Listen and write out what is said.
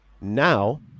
Now